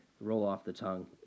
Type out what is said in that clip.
roll-off-the-tongue